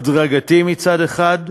הדרגתי מצד אחד,